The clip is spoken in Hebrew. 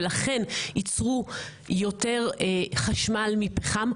ולכן יצרו יותר חשמל מפחם,